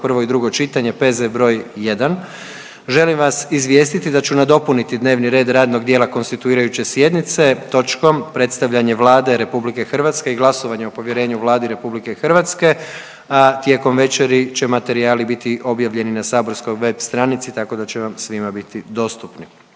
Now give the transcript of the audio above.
prvo i drugo čitanje, P.Z. br. 1. želim vas izvijestiti da ću nadopuniti dnevni red radnog dijela konstituirajuće sjednice točkom predstavljanje Vlade Republike Hrvatske i glasovanje o povjerenju Vladi Republike Hrvatske. Tijekom večeri će materijali biti objavljeni na saborskoj web stranici tako da će vam svima biti dostupni.